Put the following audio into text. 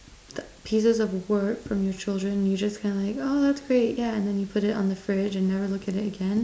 uh pieces of work from your children you just kind of like oh that's great yeah and you put it on the fridge and never look at it again